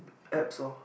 apps lor